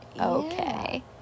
Okay